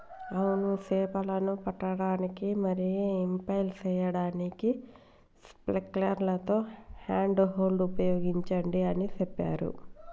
అవును సేపలను పట్టడానికి మరియు ఇంపెల్ సేయడానికి స్పైక్లతో హ్యాండ్ హోల్డ్ ఉపయోగించండి అని సెప్పారు